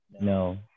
No